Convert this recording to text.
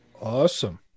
Awesome